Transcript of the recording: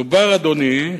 מדובר, אדוני,